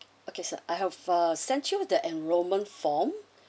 okay sir I have ah sent you that enrolment form